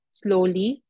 slowly